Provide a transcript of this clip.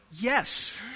Yes